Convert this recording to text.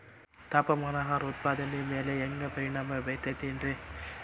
ತಾಪಮಾನ ಆಹಾರ ಉತ್ಪಾದನೆಯ ಮ್ಯಾಲೆ ಹ್ಯಾಂಗ ಪರಿಣಾಮ ಬೇರುತೈತ ರೇ?